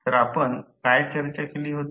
तर आपण काय चर्चा केली होती